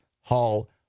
Hall